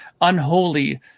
Unholy